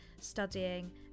studying